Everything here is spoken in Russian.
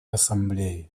ассамблеи